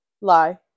Lie